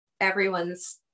everyone's